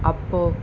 అబ్బో